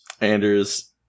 Anders